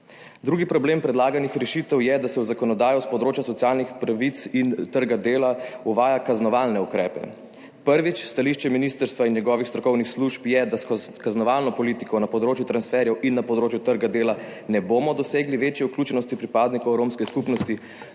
Drugi problem predlaganih rešitev je, da se v zakonodaji s področja socialnih pravic in trga dela uvaja kaznovalne ukrepe. Prvič, stališče ministrstva in njegovih strokovnih služb je, da s kaznovalno politiko na področju transferjev in na področju trga dela ne bomo dosegli večje vključenosti pripadnikov romske skupnosti